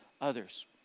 others